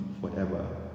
forever